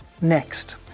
next